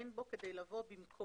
אין בו כדי לבוא במקום